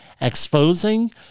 exposing